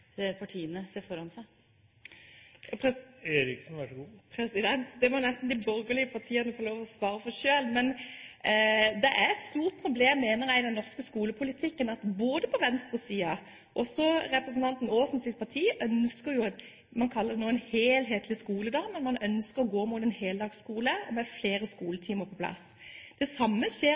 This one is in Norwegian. Det må nesten de borgerlige partiene få lov til å svare på selv. Men jeg mener at det er et stort problem i den norske skolepolitikken at venstresiden – også representanten Aasens parti – ønsker det man nå kaller en helhetlig skoledag, man ønsker å gå mot en heldagsskole med flere skoletimer på plass. Det samme skjer